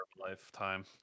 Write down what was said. Lifetime